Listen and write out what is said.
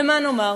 ומה נאמר?